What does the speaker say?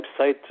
website